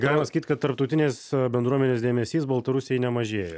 galima sakyt kad tarptautinės bendruomenės dėmesys baltarusijai nemažėja